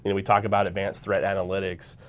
and we talked about advanced threat analytics,